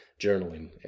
journaling